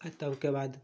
तबके बाद